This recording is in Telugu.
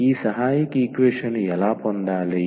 ఈ సహాయక ఈక్వేషన్ ని ఎలా పొందాలి